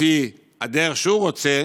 לפי הדרך שהוא רוצה.